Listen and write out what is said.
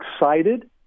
excited